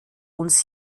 uns